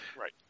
Right